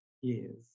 years